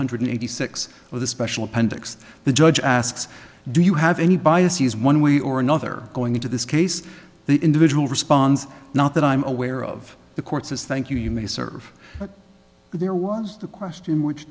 hundred eighty six with a special appendix the judge asks do you have any bias is one way or another going into this case the individual responds not that i'm aware of the court says thank you you may serve but there was the question which